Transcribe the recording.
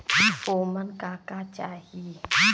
ओमन का का चाही?